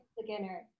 beginner